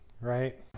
right